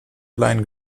allein